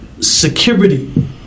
security